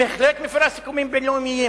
בהחלט מפירה סיכומים בין-לאומיים.